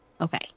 Okay